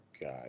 god